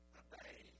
obey